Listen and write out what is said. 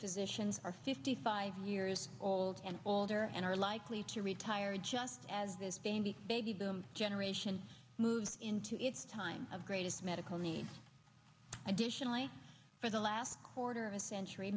physicians are fifty five years old and older and are likely to retire just as has been the baby boom generation move into its time of greatest medical needs additionally for the last quarter of a century